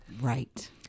Right